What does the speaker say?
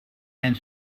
and